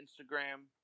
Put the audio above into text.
Instagram